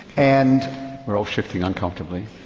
and we're all shifting uncomfortably.